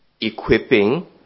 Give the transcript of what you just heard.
equipping